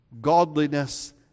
godliness